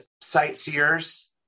sightseers